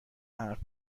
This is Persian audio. حرف